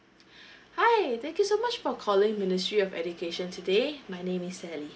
hi thank you so much for calling ministry of education today my name is elly